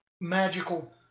magical